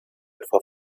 etwa